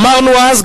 אמרנו אז,